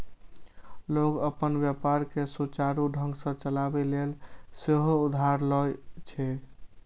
लोग अपन व्यापार कें सुचारू ढंग सं चलाबै लेल सेहो उधार लए छै